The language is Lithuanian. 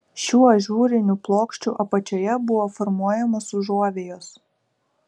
šių ažūrinių plokščių apačioje buvo formuojamos užuovėjos